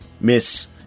miss